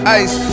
ice